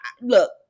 look